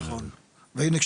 והנה,